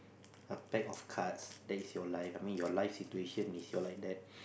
a pack of cards that is your life I mean your life situation is your like that